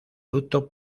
luto